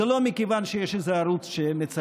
זה לא מכיוון שיש איזה ערוץ שמצלם.